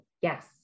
Yes